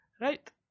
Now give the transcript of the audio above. Right